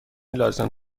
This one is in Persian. لازم